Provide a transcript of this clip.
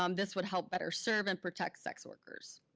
um this would help better serve and protect sex workers.